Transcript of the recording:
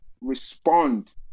respond